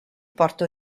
porto